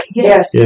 yes